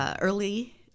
early